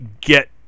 get